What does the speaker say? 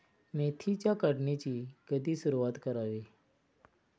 मेथीच्या काढणीची कधी सुरूवात करावी?